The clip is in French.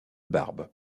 barbe